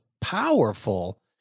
powerful